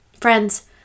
Friends